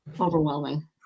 overwhelming